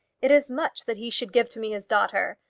it is much that he should give to me his daughter.